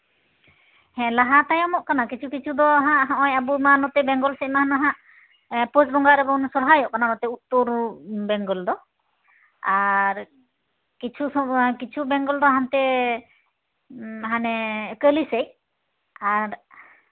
ᱦᱮᱸ ᱞᱟᱦᱟ ᱛᱟᱭᱚᱢᱚᱜ ᱠᱟᱱᱟ ᱠᱤᱪᱷᱩ ᱠᱤᱪᱷᱩ ᱫᱚ ᱦᱟᱜ ᱦᱚᱸᱜᱼᱚᱭ ᱟᱵᱚ ᱢᱟ ᱱᱚᱛᱮ ᱵᱮᱝᱜᱚᱞ ᱥᱮᱜ ᱢᱟ ᱱᱟᱦᱟᱜ ᱯᱩᱥ ᱵᱚᱸᱜᱟ ᱨᱮᱵᱚᱱ ᱥᱚᱨᱦᱟᱭᱚᱜ ᱠᱟᱱᱟ ᱩᱛᱛᱚᱨ ᱵᱮᱝᱜᱚᱞ ᱫᱚ ᱟᱨ ᱠᱤᱪᱷᱩ ᱵᱮᱝᱜᱚᱞ ᱫᱚ ᱦᱟᱱᱛᱮ ᱦᱟᱱᱮ ᱠᱟᱹᱞᱤ ᱥᱮᱜ ᱟᱨ